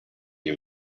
you